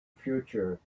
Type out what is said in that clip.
future